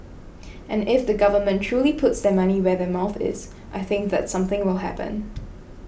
and if the government truly puts their money where their mouth is I think that something will happen